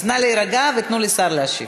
אז נא להירגע ותנו לשר להשיב.